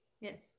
Yes